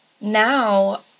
Now